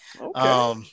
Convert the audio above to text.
Okay